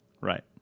Right